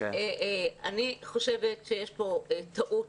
אני חושבת שיש פה טעות,